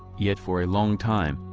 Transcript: yet for a long time,